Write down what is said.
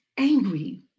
angry